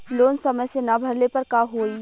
Loan समय से ना भरले पर का होयी?